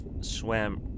swam